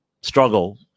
struggle